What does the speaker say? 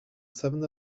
seven